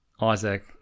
Isaac